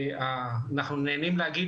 אנחנו נהגים להגיד,